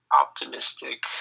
optimistic